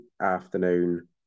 afternoon